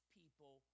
people